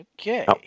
Okay